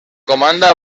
comanda